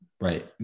Right